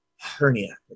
hernia